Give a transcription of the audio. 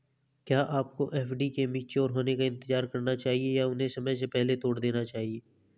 क्या आपको एफ.डी के मैच्योर होने का इंतज़ार करना चाहिए या उन्हें समय से पहले तोड़ देना चाहिए?